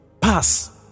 pass